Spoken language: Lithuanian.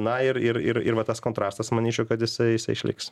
na ir ir ir ir va tas kontrastas manyčiau kad jisai jisai išliks